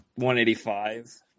185